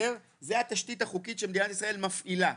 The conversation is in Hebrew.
זו התשתית החוקית שמדינת ישראל מפעילה.